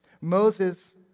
Moses